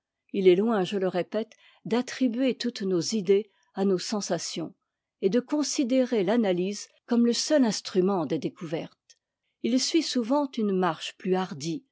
i est loin je le répète d'attribuer toutes nos idées à nos sensations et de considérer l'analyse comme te seul instrument des découvertes h suit souvent une marche plus hardie